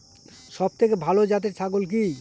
সবথেকে ভালো জাতের ছাগল কি?